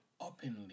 openly